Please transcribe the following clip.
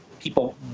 people